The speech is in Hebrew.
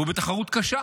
והוא בתחרות קשה.